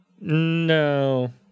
No